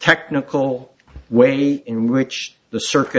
technical way in which the circuit